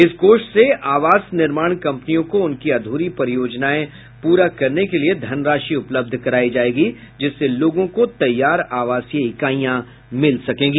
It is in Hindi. इस कोष से आवास निर्माण कंपनियों को उनकी अध्ररी परियोजनाएं पूरा करने के लिए धनराशि उपलब्ध कराई जाएगी जिससे लोगों को तैयार आवासीय इकाइयां मिल सकेंगी